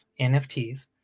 NFTs